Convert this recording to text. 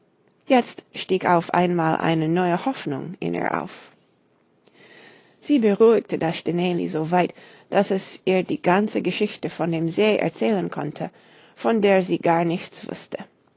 jetzt stieg auf einmal eine neue hoffnung in ihr auf sie beruhigte das stineli so weit daß es ihr die ganze geschichte von dem see erzählen konnte von der sie gar nichts wußte